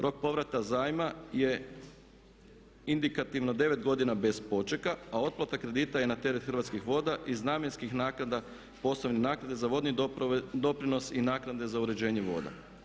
Rok povrata zajma je indikativno 9 godina bez počeka a otplata kredita je na teret Hrvatskih voda i zamjenskih naknada posebno naknade za vodni doprinos i naknade za uređenje voda.